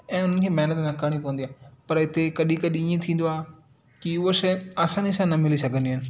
ऐं उन्हनि खे महिनत न करिणी पवंदी आहे पर हिते कॾहिं कॾहिं इअं थींदो आहे की उहो शइ आसानी सां न मिली सघंदियूं आहिनि